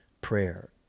prayer